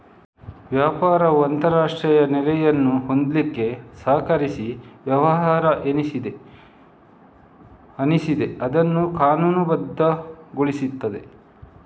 ವ್ಯಾಪಾರವು ಅಂತಾರಾಷ್ಟ್ರೀಯ ನೆಲೆಯನ್ನು ಹೊಂದ್ಲಿಕ್ಕೆ ಸಹಕರಿಸಿ ವ್ಯವಹಾರ ಏನಿದೆ ಅದನ್ನ ಕಾನೂನುಬದ್ಧಗೊಳಿಸ್ತದೆ